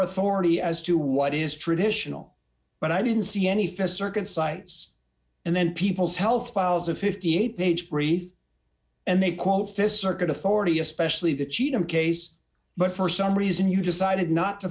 authority as to what is traditional but i didn't see any fest circuit sites and then people's health files a fifty eight page brief and they quote fist circuit authority especially the cheatham case but for some reason you decided not to